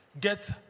Get